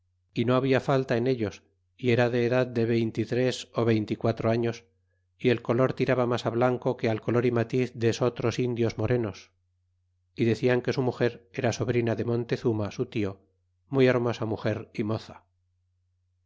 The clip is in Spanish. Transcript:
y no habia falta en ellos y era de edad de veinte y tres ó veinte y quatro años y el color tiraba mas blanco que al color y matiz de esotros indios morenos y decian que su muger era sobrina de montezuma su tio muy hermosa muger y moza